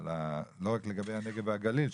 לא רק על תחומי הנגב והגליל,